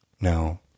No